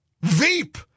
Veep